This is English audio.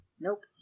Nope